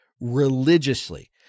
religiously